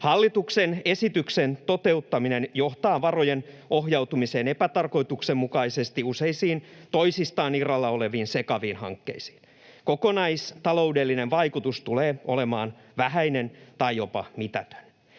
Hallituksen esityksen toteuttaminen johtaa varojen ohjautumiseen epätarkoituksenmukaisesti useisiin toisistaan irrallaan oleviin, sekaviin hankkeisiin. Kokonaistaloudellinen vaikutus tulee olemaan vähäinen tai jopa mitätön.